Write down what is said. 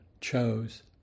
chose